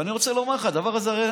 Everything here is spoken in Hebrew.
ואני רוצה לומר לך, הדבר הזה הרי